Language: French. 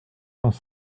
dans